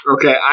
Okay